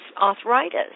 arthritis